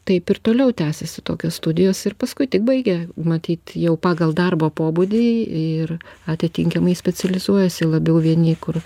taip ir toliau tęsiasi tokios studijos ir paskui tik baigę matyt jau pagal darbo pobūdį ir atitinkamai specializuojasi labiau vieni kur